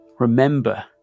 Remember